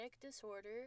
disorder